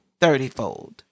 thirtyfold